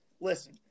listen